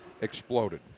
exploded